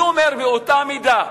אני אומר, באותה מידה,